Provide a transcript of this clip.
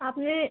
আপনি